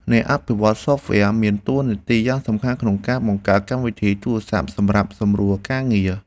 អ្នកអភិវឌ្ឍន៍សូហ្វវែរមានតួនាទីយ៉ាងសំខាន់ក្នុងការបង្កើតកម្មវិធីទូរស័ព្ទសម្រាប់សម្រួលការងារ។